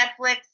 Netflix